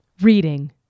Reading